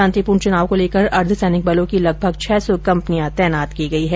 शांतिपूर्ण चुनाव को लेकर अर्धसैनिक बलों की लगभग छह सौ कम्पनियां तैनात की गयी हैं